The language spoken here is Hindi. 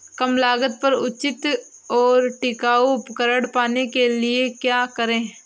कम लागत पर उचित और टिकाऊ उपकरण पाने के लिए क्या करें?